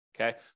Okay